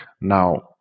Now